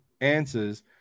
answers